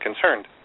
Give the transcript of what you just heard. concerned